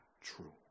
true